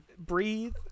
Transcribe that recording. Breathe